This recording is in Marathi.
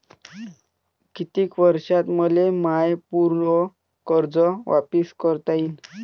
कितीक वर्षात मले माय पूर कर्ज वापिस करता येईन?